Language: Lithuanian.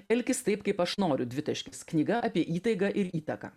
elkis taip kaip aš noriu dvitaškis knyga apie įtaigą ir įtaką